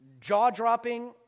jaw-dropping